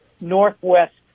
northwest